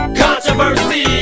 controversy